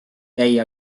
jäi